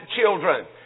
children